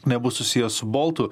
nebus susiję su boltu